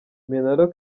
minaloc